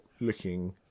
looking